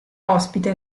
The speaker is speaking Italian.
ospite